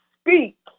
speak